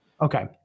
Okay